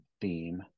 theme